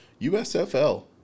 USFL